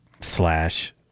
Slash